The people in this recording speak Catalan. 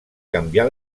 canviar